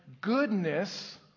goodness